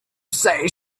say